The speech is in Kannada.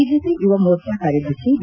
ಬಿಜೆಪಿ ಯುವ ಮೋರ್ಚಾ ಕಾರ್ಯದರ್ಶಿ ಬಿ